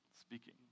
speaking